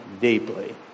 deeply